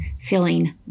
feeling